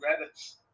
Rabbits